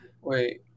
Wait